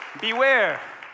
beware